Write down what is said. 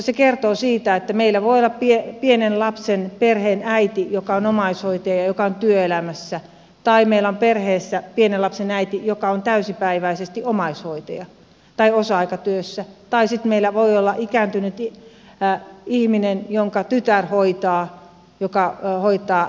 se kertoo siitä että meillä voi olla pienen lapsen perheen äiti joka on omaishoitaja ja joka on työelämässä tai perheessä on pienen lapsen äiti joka on täysipäiväisesti omaishoitaja tai osa aikatyössä tai sitten meillä voi olla ikääntynyt ihminen joka hoitaa äitiään